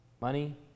money